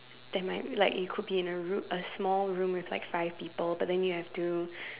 there might like you could be in a room a small room with like five people but then you have to